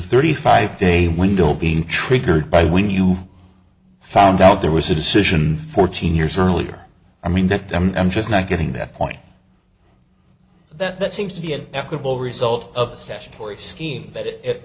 thirty five day window being triggered by when you found out there was a decision fourteen years earlier i mean that them i'm just not getting that point that that seems to be an equitable result of a statutory scheme but it